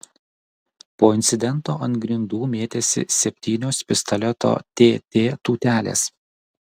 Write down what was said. po incidento ant grindų mėtėsi septynios pistoleto tt tūtelės